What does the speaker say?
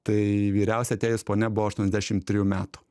tai vyriausia atėjus ponia buvo aštuoniasdešim trijų metų